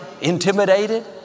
intimidated